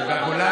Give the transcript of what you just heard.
למה בכלל